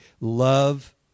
love